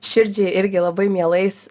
širdžiai irgi labai mielais